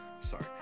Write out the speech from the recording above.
sorry